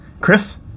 Chris